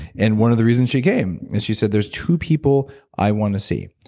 and one of the reasons she came is she said, there's two people i want to see.